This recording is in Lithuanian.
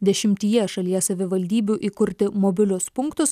dešimtyje šalies savivaldybių įkurti mobilius punktus